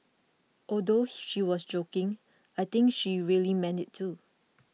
although she was joking I think she really meant it too